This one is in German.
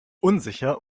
unsicher